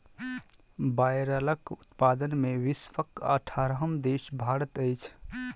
बायलरक उत्पादन मे विश्वक अठारहम देश भारत अछि